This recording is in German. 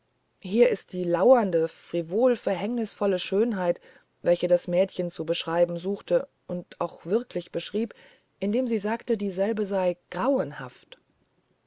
hier ist die lauernde frivole verhängnisvolle schönheit welche das mädchen zu beschreiben suchte und auch wirklich beschrieb indem sie sagte dieselbeseigrauenhaft